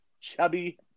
Chubby